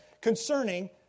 concerning